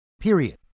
period